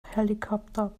helicopter